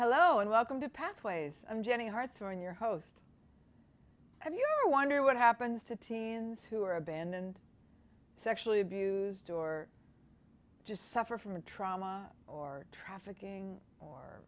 hello and welcome to pathways i'm jenny hartshorn your host have you ever wonder what happens to teens who are abandoned sexually abused or just suffer from a trauma or trafficking or